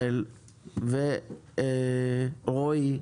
ישראל ורועי,